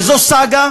וזו סאגה